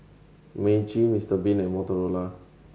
Meiji Mister Bean and Motorola